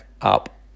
up